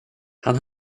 han